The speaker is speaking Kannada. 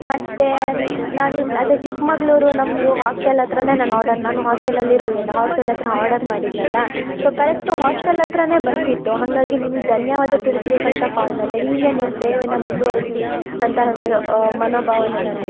ಮತ್ತು ನಾನು ಅದೇ ಚಿಕ್ಕಮಗಳೂರು ನಮ್ಮದು ಹಾಸ್ಟೆಲ್ ಹತ್ರನೇ ನಾನು ಆರ್ಡರ್ ನಾನು ಹಾಸ್ಟೆಲಲ್ಲಿ ಇರೋದರಿಂದ ಹಾಸ್ಟೆಲ್ ಹತ್ರ ಆರ್ಡರ್ ಮಾಡಿದ್ದೆನಲ್ಲ ಸೊ ಕರೆಕ್ಟು ಹಾಸ್ಟೆಲ್ ಹತ್ರನೆ ಬಂದಿತ್ತು ಹಾಗಾಗಿ ನಿಮ್ಗೆ ಧನ್ಯವಾದ ತಿಳಿಸ್ಲಿಕ್ಕಂತ ಕಾಲ್ ಮಾಡಿದೆ ಹೀಗೆ ನಿಮ್ಮ ಸೇವೆನ ಮುಂದುವರೆಸ್ಲಿ ಅಂತ ಅಂದು ಮನೋಭಾವನೆ ನನ್ನದು